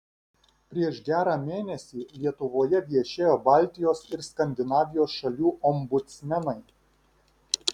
prieš gerą mėnesį lietuvoje viešėjo baltijos ir skandinavijos šalių ombudsmenai